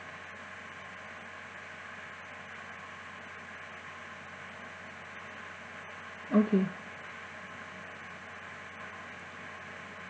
okay